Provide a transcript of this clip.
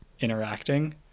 interacting